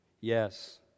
Yes